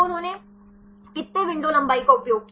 तो उन्होंने कितने विंडो लंबाई का उपयोग किया